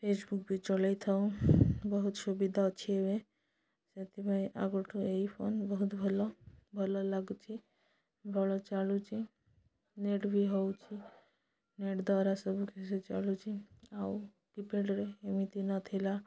Facebook ବି ଚଲାଇ ଥାଉ ବହୁତ ସୁବିଧା ଅଛି ଏବେ ସେଥିପାଇଁ ଆଗଠୁ ଏଇ ଫୋନ୍ ବହୁତ ଭଲ ଭଲ ଲାଗୁଛି ଭଲ ଚାଲୁଛି ନେଟ୍ ବି ହଉଛି ନେଟ୍ ଦ୍ୱାରା ସବୁ କିିଛି ଚଳୁଛି ଆଉ କିପ୍ୟାଡ଼୍ରେ ଏମିତି ନଥିଲା